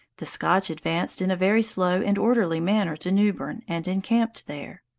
the scotch advanced in a very slow and orderly manner to newburn, and encamped there.